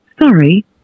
Sorry